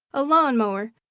a lawn-mower!